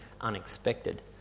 unexpected